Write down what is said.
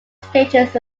stages